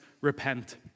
repent